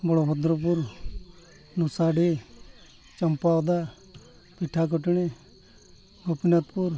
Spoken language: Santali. ᱵᱚᱲᱚ ᱵᱷᱚᱫᱨᱚᱯᱩᱨ ᱢᱚᱥᱟᱰᱤ ᱪᱟᱢᱯᱟᱣᱫᱟ ᱯᱤᱴᱷᱟᱹᱠᱩᱴᱱᱤ ᱜᱳᱯᱤᱱᱟᱛᱷᱯᱩᱨ